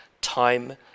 time